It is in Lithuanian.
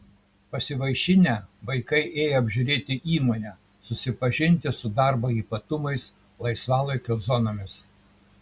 pasivaišinę vaikai ėjo apžiūrėti įmonę susipažinti su darbo ypatumais laisvalaikio zonomis